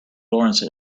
laurence